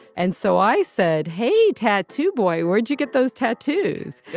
and so i said, hey, tattoo boy, where did you get those tattoos?